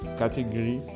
category